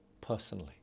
personally